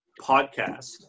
podcast